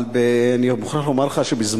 אבל אני מוכרח לומר לך שיהודית יהב פרסמה